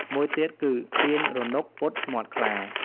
មួយទៀតគឺ "ទាញរនុក ពុតមាត់ខ្លា"